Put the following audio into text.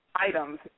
Items